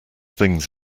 things